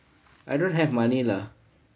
I don't have money lah